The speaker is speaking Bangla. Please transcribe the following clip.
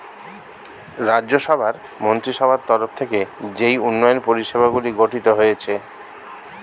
রাজ্য সভার মন্ত্রীসভার তরফ থেকে যেই উন্নয়ন পরিষেবাগুলি গঠিত হয়েছে